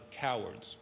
cowards